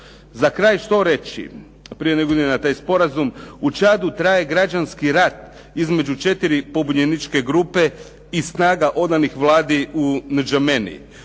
Za kraj što reći, prije nego idem na taj sporazum. U Čadu traje građanski rat između četiri pobunjeničke grupe i snaga odanih vladi u Ngameni.